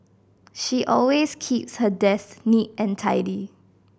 she always keeps her desk neat and tidy